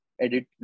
edit